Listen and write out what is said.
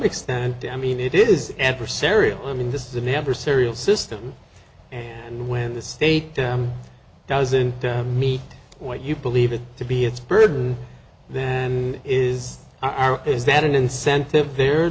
extent i mean it is adversarial i mean this is an adversarial system and when the state doesn't meet what you believe it to be its burden is is that an incentive there